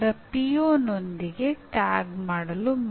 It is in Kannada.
ನೀವು ಇವುಗಳಿಗೆ ಅಂಕಗಳನ್ನು ನೀಡುವುದಿಲ್ಲ